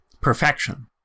perfection